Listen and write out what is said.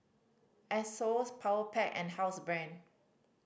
Asos Powerpac and Housebrand